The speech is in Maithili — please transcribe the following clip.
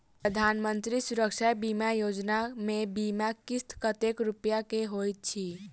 प्रधानमंत्री सुरक्षा बीमा योजना मे बीमा किस्त कतेक रूपया केँ होइत अछि?